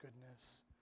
goodness